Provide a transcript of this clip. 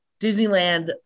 Disneyland